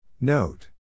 Note